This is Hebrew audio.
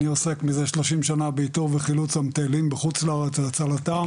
אני עוסק מזה 30 שנה באיתור וחילוץ המטיילים בחוץ לארץ והצלתם